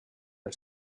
els